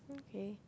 okay